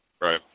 Right